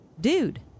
dude